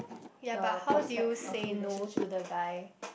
ya but how do you say no to the guy